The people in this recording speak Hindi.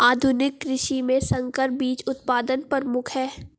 आधुनिक कृषि में संकर बीज उत्पादन प्रमुख है